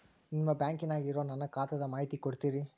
ನಿಮ್ಮ ಬ್ಯಾಂಕನ್ಯಾಗ ಇರೊ ನನ್ನ ಖಾತಾದ ಮಾಹಿತಿ ಕೊಡ್ತೇರಿ?